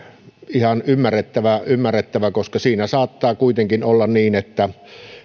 ihan ymmärrettävä koska siinä saattaa kuitenkin olla niin että